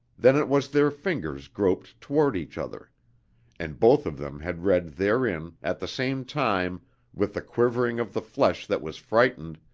then it was their fingers groped toward each other and both of them had read therein, at the same time with the quivering of the flesh that was frightened,